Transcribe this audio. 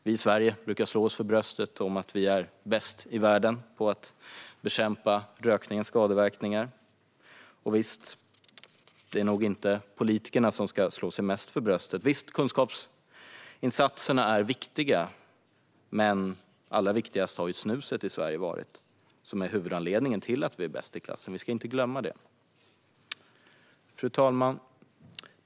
Vi i Sverige brukar slå oss för bröstet för att vi är bäst i världen på att bekämpa rökningens skadeverkningar, men det är nog inte främst politikerna som ska slå sig för bröstet för detta. Visst är kunskapsinsatserna viktiga, men allra viktigast har snuset varit. Det är huvudanledningen till att vi är bäst i klassen; vi ska inte glömma det. Fru talman!